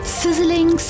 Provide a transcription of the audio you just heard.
sizzling